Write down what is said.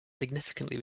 significantly